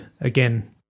again